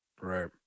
right